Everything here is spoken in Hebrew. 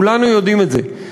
כולנו יודעים את זה,